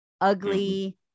ugly